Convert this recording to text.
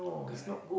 correct